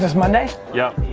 monday? yep.